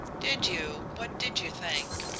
did you? what did you think?